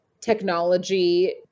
technology